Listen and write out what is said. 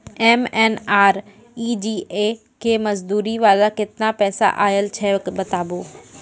MNREGA के मज़दूरी वाला केतना पैसा आयल छै बताबू?